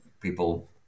people